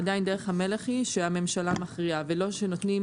עדיין דרך המלך היא שהממשלה מכריעה ולא שנותנים,